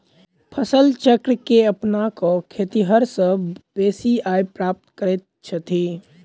फसल चक्र के अपना क खेतिहर सभ बेसी आय प्राप्त करैत छथि